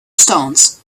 stones